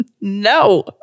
no